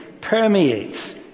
permeates